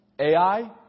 Ai